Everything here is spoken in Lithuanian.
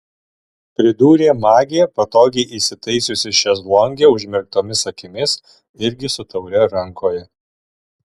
pridūrė magė patogiai įsitaisiusi šezlonge užmerktomis akimis irgi su taure rankoje